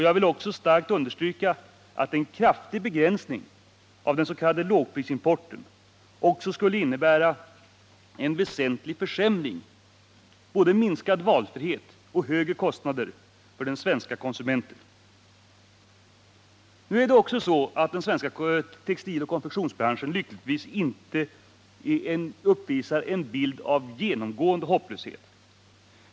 Jag vill starkt understryka att en kraftig begränsning av den s.k. lågprisimporten också skulle innebära en väsentlig försämring — både minskad valfrihet och högre kostnader — för den svenske konsumenten. Nu är det också så att den svenska textiloch konfektionsbranschen lyckligtvis inte uppvisar en bild av genomgående hopplöshet.